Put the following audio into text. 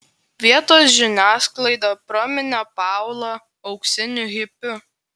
vietos žiniasklaida praminė paulą auksiniu hipiu